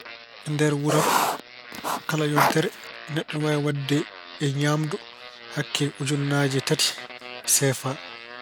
E nder wuro am, kala yontere neɗɗo ina waawi waɗde e ñaamdu hakke ujunnaaje tati CFA.